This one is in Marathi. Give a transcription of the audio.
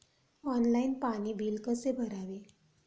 ऑनलाइन पाणी बिल कसे भरावे?